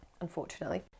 Unfortunately